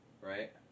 right